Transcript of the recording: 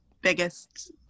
biggest